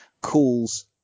calls